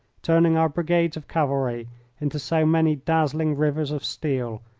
turning our brigades of cavalry into so many dazzling rivers of steel,